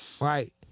Right